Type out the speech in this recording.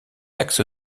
axe